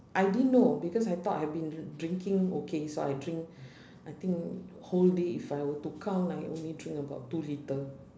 I didn't know because I thought I have been drinking okay so I drink I think whole day if I were to count I only drink about two litre